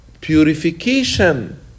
purification